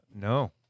no